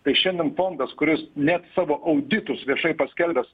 tai šiandien fondas kuris net savo auditus viešai paskelbęs